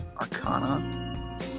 Arcana